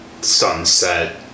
sunset